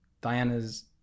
Diana's